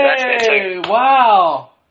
Wow